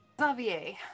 Xavier